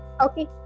Okay